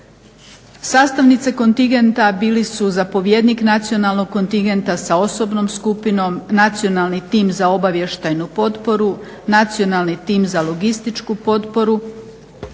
Sastavnice kontingenta bili su zapovjednik Nacionalnog kontingenta sa osobnom skupinom, Nacionalni tim za obavještajnu potporu, Nacionalni tim za logističku potporu,